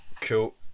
Cool